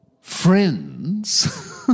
Friends